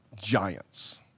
giants